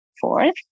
Fourth